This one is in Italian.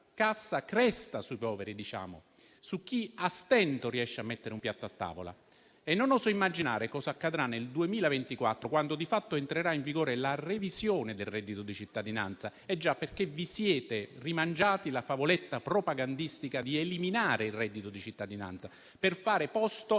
cresta - sui poveri, su chi a stento riesce a mettere un piatto a tavola e non oso immaginare cosa accadrà nel 2024, quando di fatto entrerà in vigore la revisione del reddito di cittadinanza. Eh già, perché vi siete rimangiati la favoletta propagandistica di eliminare il reddito di cittadinanza per fare posto